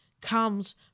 comes